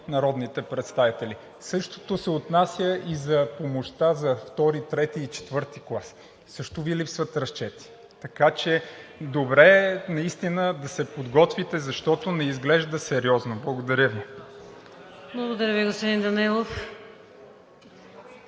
народните представители. Същото се отнася и за помощта за II, III и IV клас – също Ви липсват разчети. Така че добре е наистина да се подготвите, защото не изглежда сериозно. Благодаря Ви. ПРЕДСЕДАТЕЛ ВИКТОРИЯ ВАСИЛЕВА: Благодаря Ви,